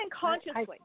consciously